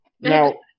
Now